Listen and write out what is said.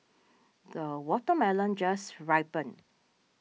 the watermelon just ripened